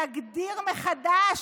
להגדיר מחדש,